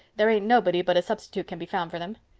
there ain't nobody but a substitute can be found for them.